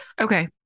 okay